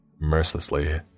mercilessly